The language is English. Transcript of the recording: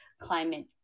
climate